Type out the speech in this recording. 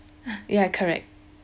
yeah correct